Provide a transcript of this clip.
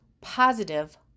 positive